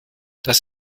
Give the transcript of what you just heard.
das